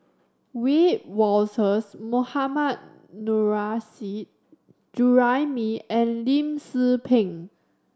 Wiebe Wolters Mohammad Nurrasyid Juraimi and Lim Tze Peng